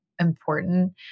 important